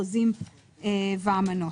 חוזים ואמנות,